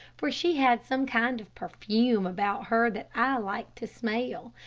for she had some kind of perfume about her that i liked to smell.